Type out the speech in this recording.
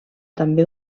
també